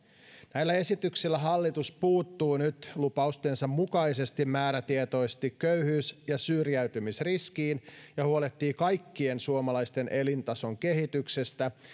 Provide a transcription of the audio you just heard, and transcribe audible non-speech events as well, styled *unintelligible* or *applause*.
näillä esityksillä hallitus puuttuu nyt lupaustensa mukaisesti määrätietoisesti köyhyys ja syrjäytymisriskiin *unintelligible* ja huolehtii kaikkien suomalaisten elintason kehityksestä